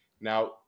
now